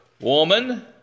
Woman